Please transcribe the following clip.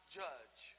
judge